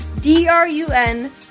D-R-U-N